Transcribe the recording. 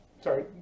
Sorry